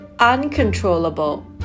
uncontrollable